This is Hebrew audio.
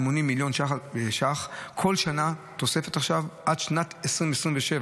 מיליון ש"ח כל שנה תוספת עד שנת 2027,